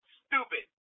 stupid